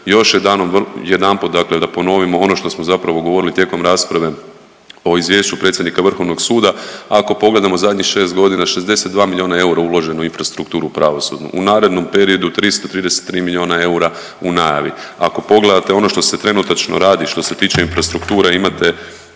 još je dano jedanput, dakle da ponovimo ono što smo zapravo govorili tijekom rasprave o izvješću predsjednika Vrhovnog suda. Ako pogledamo zadnjih 6 godina 62 milijuna eura uloženo je u infrastrukturu pravosudnu. U narednom periodu 333 milijuna eura u najavi. Ako pogledate ono što se trenutačno radi što se tiče infrastrukture imate,